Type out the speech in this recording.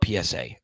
PSA